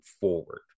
forward